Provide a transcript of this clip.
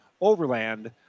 Overland